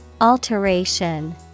Alteration